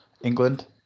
England